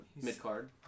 mid-card